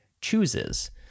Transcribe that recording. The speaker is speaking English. chooses